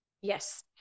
Yes